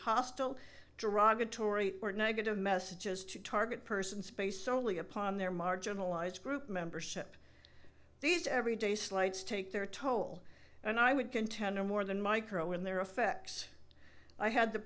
hostile derogatory or negative messages to target person space solely upon their marginalized group membership these every day slights take their toll and i would contend are more than micro in their effects i had the